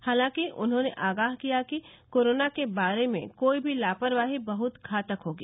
हालांकि उन्हॉने आगाह किया कि कोरोना के बारे में कोई भी लापरवाही बहत घातक होगी